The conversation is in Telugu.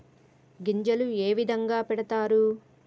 గింజలు ఏ విధంగా పెడతారు?